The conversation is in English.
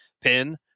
pin